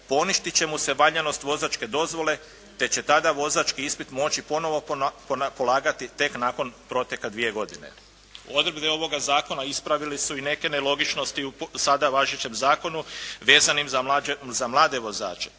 poništiti će mu se valjanost vozačke dozvole, te će tada vozački ispit moći ponovno polagati tek nakon proteka 2 godine. Odredbe ovoga zakona ispravili su i neke nelogičnosti u sada važećem zakonu vezanim za mlade vozače.